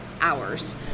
hours